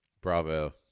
bravo